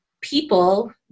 people